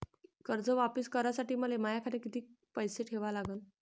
कर्ज वापिस करासाठी मले माया खात्यात कितीक पैसे ठेवा लागन?